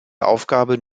aufgaben